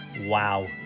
wow